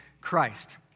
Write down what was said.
Christ